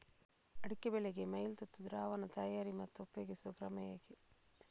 ಅಡಿಕೆ ಬೆಳೆಗೆ ಮೈಲುತುತ್ತು ದ್ರಾವಣ ತಯಾರಿ ಮತ್ತು ಉಪಯೋಗಿಸುವ ಕ್ರಮ ಹೇಗೆ?